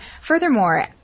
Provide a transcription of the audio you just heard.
Furthermore